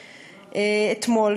אתמול,